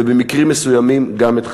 ובמקרים מסוימים גם את חייהם.